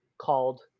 called